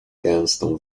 gęstą